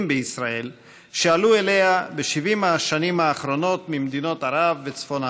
בישראל שעלו אליה ב-70 השנים האחרונות ממדינות ערב וצפון אפריקה.